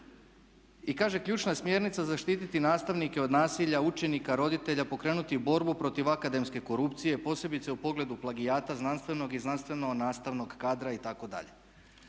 i kaže ključna je smjernica zaštititi nastavnike od nasilja učenika, roditelja, pokrenuti borbu protiv akademske korupcije posebice u pogledu plagijati znanstvenog i znanstveno-nastavnog kadra itd.